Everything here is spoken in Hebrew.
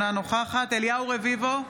אינה נוכחת אליהו רביבו,